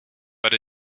but